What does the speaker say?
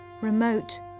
remote